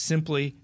Simply